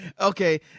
Okay